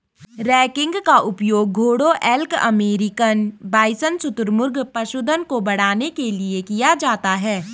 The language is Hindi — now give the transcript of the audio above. रैंकिंग का उपयोग घोड़ों एल्क अमेरिकन बाइसन शुतुरमुर्ग पशुधन को बढ़ाने के लिए किया जाता है